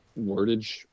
wordage